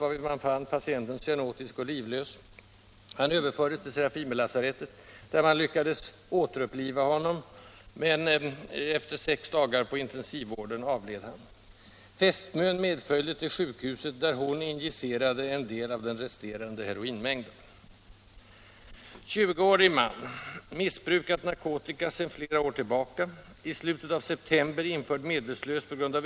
varvid man fann patienten cyanotisk och livlös. Han överfördes till Serafimerlasarettet, där man lyckades återuppliva honom, men efter sex dagar på intensivvården avled han. Fästmön medföljde till sjukhuset, där hon injicerade en del av den resterande heroinmängden. 25-årig kvinna.